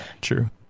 true